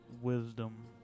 wisdom